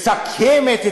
מסכנת.